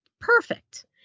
perfect